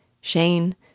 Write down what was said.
Shane